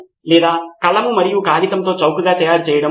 ఈ రిపోజిటరీకి ఇవి ప్రాథమిక అవసరాలు అని నా అభిప్రాయం